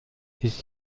ist